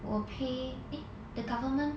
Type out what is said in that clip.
will pay eh the government